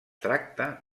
tracta